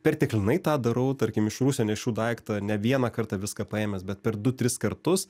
perteklinai tą darau tarkim iš rūsio daiktą ne vieną kartą viską paėmęs bet per du tris kartus